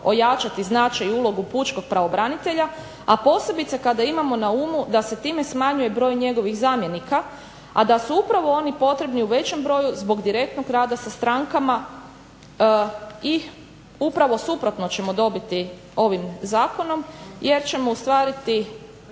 ojačati značaj i ulogu pučkog pravobranitelja, a posebice kada imamo na umu da se time smanjuje broj njegovih zamjenika, a da su upravo oni potrebni u većem broju zbog direktnog rada sa strankama i upravo suprotno ćemo dobiti ovim zakonom jer ćemo ustvari